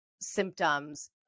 symptoms